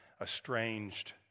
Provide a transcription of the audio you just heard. estranged